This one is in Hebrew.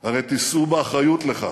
הרי תישאו באחריות לכך.